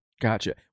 Gotcha